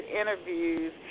interviews